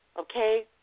okay